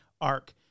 arc